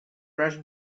rush